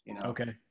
Okay